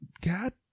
God